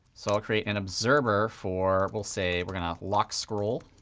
so i'll create an observer for we'll say we're going to lock scroll